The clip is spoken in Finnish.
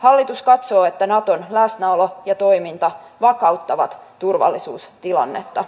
hallitus katsoo että naton läsnäolo ja toiminta vakauttavat turvallisuustilannetta